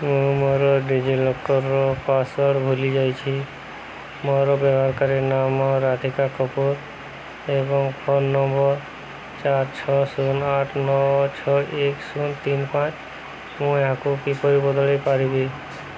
ମୁଁ ମୋର DigiLocker password ଭୁଲି ଯାଇଛି ମୋର ବ୍ୟବହାରକାରୀ ନାମ ରାଧିକାକପୁର ଏବଂ ଫୋନ୍ ନମ୍ବର୍ ଚାରି ଛଅ ଶୂନ ଆଠ ନଅ ଛଅ ଏକେ ଶୂନ ତିନି ପାଞ୍ଚ ମୁଁ ଏହାକୁ କିପରି ବଦଳାଇ ପାରିବି